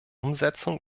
umsetzung